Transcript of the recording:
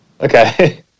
Okay